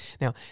now